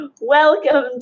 Welcome